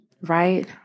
right